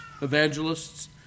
evangelists